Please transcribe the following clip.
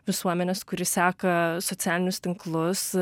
visuomenės kuri seka socialinius tinklus